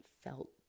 felt